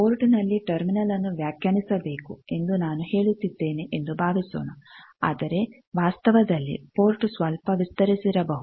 ಪೋರ್ಟ್ನಲ್ಲಿ ಟರ್ಮಿನಲ್ನ್ನು ವ್ಯಾಖ್ಯಾನಿಸಬೇಕು ಎಂದು ನಾನು ಹೇಳುತ್ತಿದ್ದೇನೆ ಎಂದು ಭಾವಿಸೋಣ ಆದರೆ ವಾಸ್ತವದಲ್ಲಿ ಪೋರ್ಟ್ ಸ್ವಲ್ಪ ವಿಸ್ತರಿಸಿರಬಹುದು